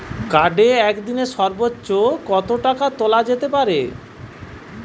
কার্ডে একদিনে সর্বোচ্চ কত টাকা তোলা যেতে পারে?